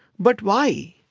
but why?